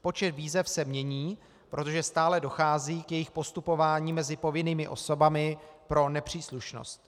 Počet výzev se mění, protože stále dochází k jejich postupování mezi povinnými osobami pro nepříslušnost.